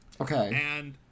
Okay